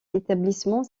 établissement